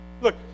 Look